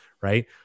right